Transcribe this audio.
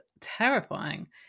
terrifying